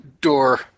door